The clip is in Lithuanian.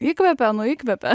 įkvepia nu įkvepia